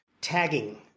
tagging